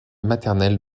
maternelle